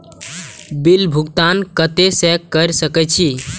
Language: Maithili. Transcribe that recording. बिल भुगतान केते से कर सके छी?